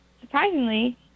surprisingly